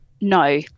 No